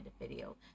video